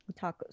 Tacos